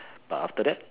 but after that